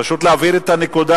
פשוט להבהיר את הנקודה: